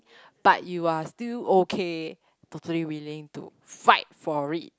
but you are still okay totally willing to fight for it